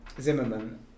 Zimmerman